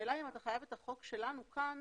השאלה היא אם אתה חייב את החוק שלנו כאן